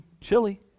chili